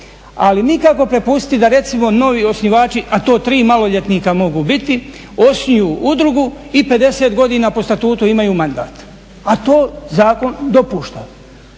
ali nikako prepustiti da recimo novi osnivači a to 3 maloljetnika mogu biti osnuju udrugu i 50 godina po statutu imaju mandat a to zakon dopušta.